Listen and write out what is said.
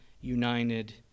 united